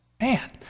man